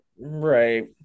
right